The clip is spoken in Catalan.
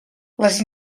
les